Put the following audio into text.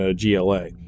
GLA